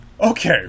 Okay